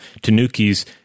Tanukis